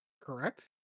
Correct